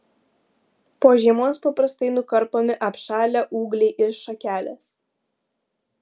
po žiemos paprastai nukarpomi apšalę ūgliai ir šakelės